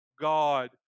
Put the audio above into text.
God